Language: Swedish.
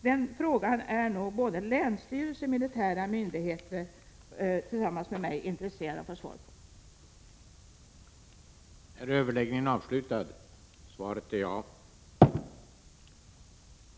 Den frågan är nog både länsstyrelse och militära myndigheter tillsammans med mig intresserade av att få svar på.